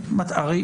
הרי